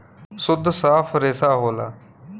सुद्ध साफ रेसा होला